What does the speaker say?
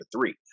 three